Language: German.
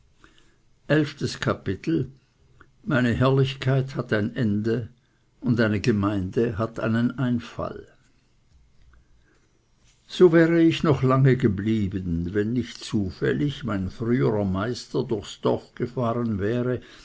meine herrlichkeit hat ein ende und eine gemeinde hat einen einfall so wäre ich noch lange geblieben wenn nicht zufällig mein früherer meister durchs dorf gefahren wäre